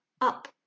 up